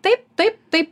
taip taip taip